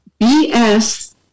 BS